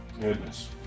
Goodness